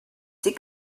sie